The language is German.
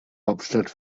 hauptstadt